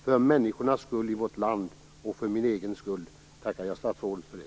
För människornas skull i vårt land och för min egen skull tackar jag statsrådet för det.